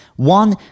One